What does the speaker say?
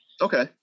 Okay